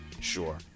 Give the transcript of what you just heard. Sure